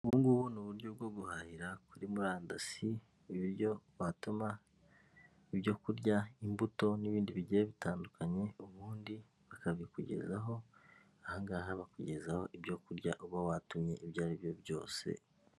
Ubu ngubu ni uburyo bwo guhahira kuri murandasi kububyo watuma ibyo kurya; imbuto n'ibindi bigiye bitandukanye ubundi bakabikugezaho, aha ngaha bakugezaho ibyo kurya uba watumye ibyo aribyo byose.